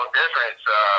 difference